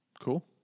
Cool